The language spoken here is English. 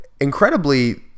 incredibly